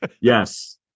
yes